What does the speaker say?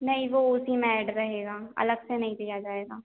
नहीं वह उसी में ऐड रहेगा अलग से नहीं दिया जाएगा